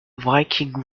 viking